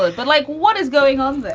but like what is going on.